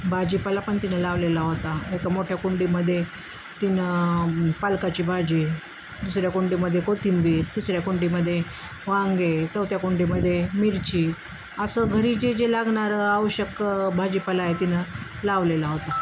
भाजीपाला पण तिनं लावलेला होता एका मोठ्या कुंडीमध्ये तिनं पालकाची भाजी दुसऱ्या कुंडीमध्ये कोथिंबीर तिसऱ्या कुंडीमध्ये वांगे चौथ्या कुंडीमध्ये मिरची असं घरी जे जे लागणारं आवश्यक भाजीपाला आहे तिनं लावलेला होता